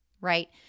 right